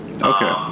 Okay